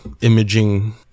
imaging